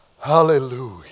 Hallelujah